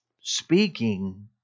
speaking